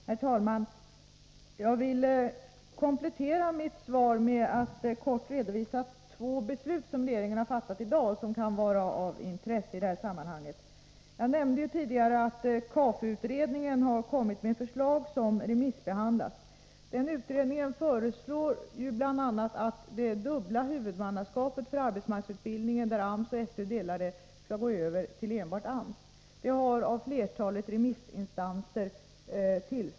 Herr talman! Jag vill komplettera mitt svar genom att kortfattat redovisa två beslut som regeringen har fattat i dag och som kan vara av intresse i detta sammanhang. Jag nämnde tidigare att KAFU-utredningen har kommit med förslag som remissbehandlas. Den utredningen föreslår bl.a. att det dubbla huvudmannaskap för arbetsmarknadsutbildningen som AMS och SÖ delar skall AMS ensamt ha ansvar för. Det har tillstyrkts av flertalet remissinstanser.